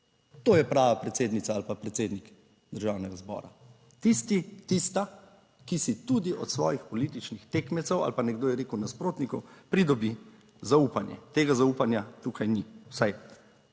To je prava predsednica ali pa predsednik Državnega zbora. Tisti, tista, ki si tudi od svojih političnih tekmecev, ali pa nekdo je rekel nasprotnikov, pridobi zaupanje. Tega zaupanja tukaj ni. Vsaj